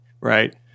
right